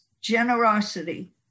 generosity